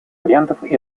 вариантов